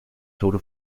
tode